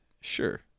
sure